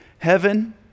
heaven